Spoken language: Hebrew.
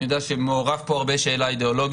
אני יודע שמעורבת פה הרבה השאלה האידיאולוגית,